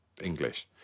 English